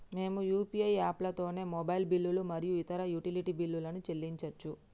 మేము యూ.పీ.ఐ యాప్లతోని మొబైల్ బిల్లులు మరియు ఇతర యుటిలిటీ బిల్లులను చెల్లించచ్చు